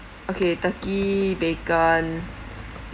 okay turkey bacon